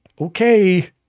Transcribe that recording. okay